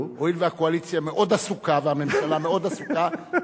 הואיל והקואליציה מאוד עסוקה והממשלה מאוד עסוקה,